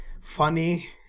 funny